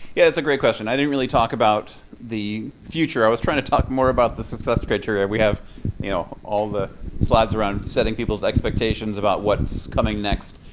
yeah that's a great question. i didn't really talk about the future. i was trying to talk more about the success criteria. we have you know all the slides around setting people's expectations about what's coming next.